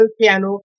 piano